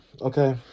okay